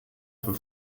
für